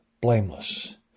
blameless